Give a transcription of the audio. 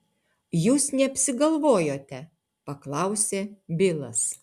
jūs neapsigalvojote paklausė bilas